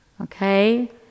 Okay